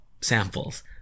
samples